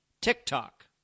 TikTok